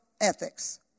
ethics